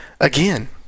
again